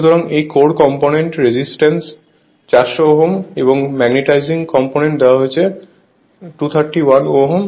সুতরাং এই core component resistance 400 Ω এবং ম্যাগনেটাইজিং কম্পোনেন্ট দেওয়া হয়েছে 231 Ω